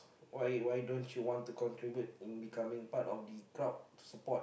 why why don't you want to contribute in becoming part of the crowd support